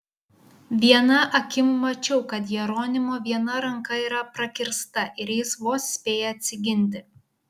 viena akim mačiau kad jeronimo viena ranka yra prakirsta ir jis vos spėja atsiginti